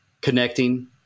connecting